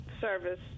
service